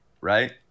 right